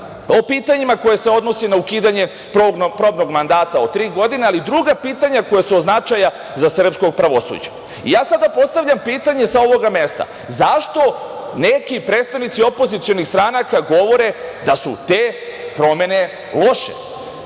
o pitanjima koje se odnose na ukidanje probnog mandata od tri godine, ali druga pitanja koja su od značaja za srpsko pravosuđe. Sada postavljam pitanje sa ovoga mesta – zašto neki predstavnici opozicionih stranaka govore da su te promene loše?